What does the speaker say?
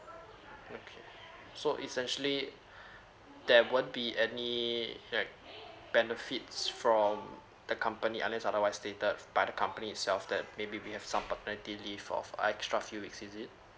okay so essentially there won't be any like benefits from the company unless otherwise stated by the company itself that maybe we have some paternity leave of extra few weeks is it